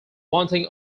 wanting